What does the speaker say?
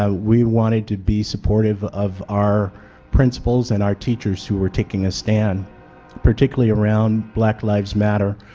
ah we wanted to be supportive of our principals, and our teachers who were taking a stand particularly around black lives matter,